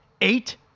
eight